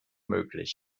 möglich